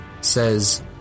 says